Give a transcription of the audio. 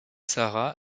sara